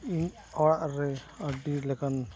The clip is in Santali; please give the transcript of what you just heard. ᱤᱧ ᱚᱲᱟᱜ ᱨᱮ ᱟᱹᱰᱤ ᱞᱮᱠᱟᱱ